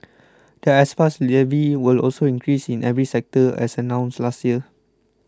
the S Pass levy will also increase in every sector as announced last year